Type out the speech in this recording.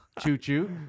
Choo-choo